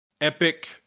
epic